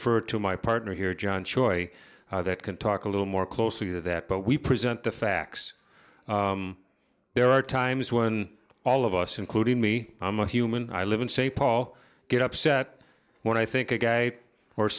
defer to my partner here john choi that can talk a little more closely than that but we present the facts there are times when all of us including me i'm a human i live in st paul get upset when i think a guy or